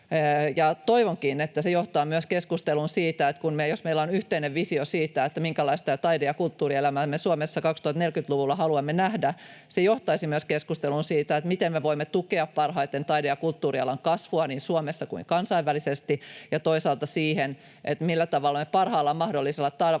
Toivonkin, että jos meillä on yhteinen visio siitä, minkälaista taide- ja kulttuurielämää me Suomessa 2040-luvulla haluamme nähdä, se johtaisi myös keskusteluun siitä, miten me voimme tukea parhaiten taide- ja kulttuurialan kasvua niin Suomessa kuin kansainvälisesti, ja toisaalta siihen, millä tavalla me parhaalla mahdollisella tavalla